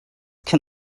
can